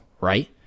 right